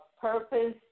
Purpose